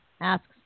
asks